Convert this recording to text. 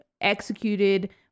executed